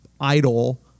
idol